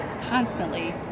constantly